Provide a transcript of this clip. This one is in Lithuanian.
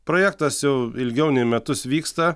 projektas jau ilgiau nei metus vyksta